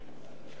היושב-ראש.